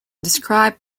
describe